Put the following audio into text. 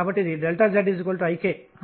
కాబట్టి ఆ సందర్భంలో మోషన్ కేంద్రం గుండా వెళ్ళి